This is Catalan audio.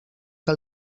que